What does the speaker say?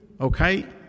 okay